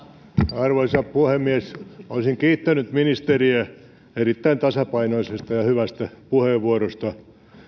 arvoisa puhemies olisin kiittänyt ministeriä erittäin tasapainoisesta ja ja hyvästä puheenvuorosta